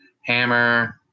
hammer